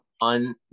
on